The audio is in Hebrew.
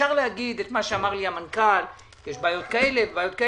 אפשר להגיד את מה שאמר לי המנכ"ל שיש בעיות כאלה וכאלה,